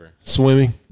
Swimming